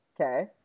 Okay